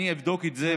אני אבדוק את זה,